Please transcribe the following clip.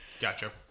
Gotcha